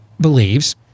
believes